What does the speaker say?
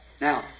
Now